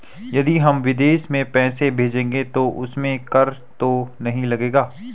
यदि हम विदेश में पैसे भेजेंगे तो उसमें कर तो नहीं लगेगा?